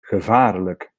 gevaarlijk